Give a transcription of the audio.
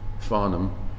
Farnham